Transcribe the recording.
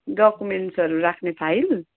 डकुमेन्ट्सहरू राख्ने फाइल